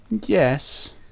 Yes